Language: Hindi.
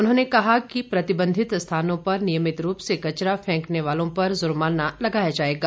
उन्होंने कहा कि प्रतिबंधित स्थानों पर नियमित रूप से कचरा फैंकने वालों पर जुर्माना लगाया जाएगा